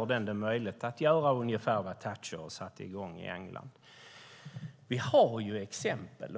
skulle den möjliggöra att man gjorde ungefär vad Thatcher satte i gång i England. Vi har exempel.